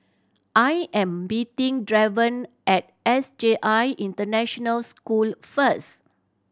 I am meeting Draven at S J I International School first